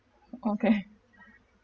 okay